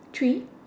three